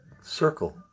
Circle